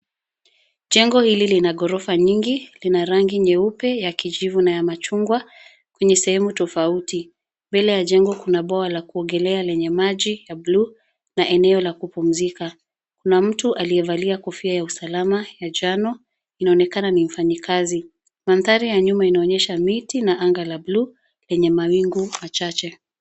Jengo hili lina ghorofa nyingi. Lina rangi nyeupe, ya kijivu na ya machungwa kwenye sehemu tofauti. Mbele ya jengo kuna bwawa ya kuogelea yenye maji ya blue na eneo la kupumzika. Kuna mtu aliyevalia kofia ya usalama ya njano, inaonekana ni mfanyikazi. Mandhari ya nyuma inaonyesha miti na anga la bluu yenye mawingu machache.